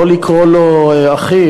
לא לקרוא לו "אחי".